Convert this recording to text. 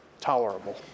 tolerable